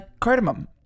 cardamom